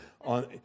on